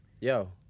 Yo